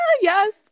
yes